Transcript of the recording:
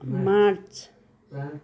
March